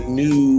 new